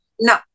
no